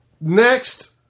Next